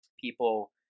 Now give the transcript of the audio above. people